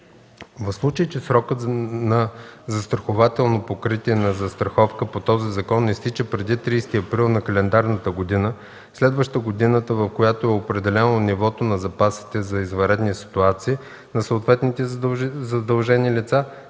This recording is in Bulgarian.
В случай че срокът на застрахователно покритие на застраховка по този закон изтича преди 30 април на календарната година, следваща годината, в която е определено нивото на запасите за извънредни ситуации на съответните задължени лица,